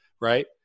right